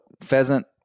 pheasant